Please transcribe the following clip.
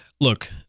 Look